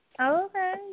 Okay